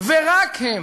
ורק הם